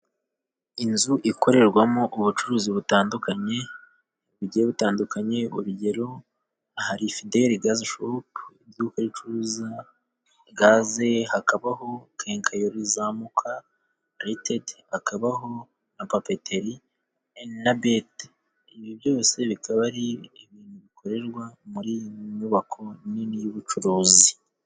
Inzu ikorerwamo ubucuruzi butandukanye, bugiye butandukanye, urugero aha Fideli gaze shopu iduka ricuruza gaze, hakabaho kenkayori zamuka rimitedi, hakabaho na papeteri, nabeti, ibi byose bikaba ari ibintu bikorerwa, muri iyi nyubako nini y'ubucuruzi.